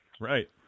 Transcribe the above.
right